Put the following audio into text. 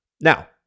Now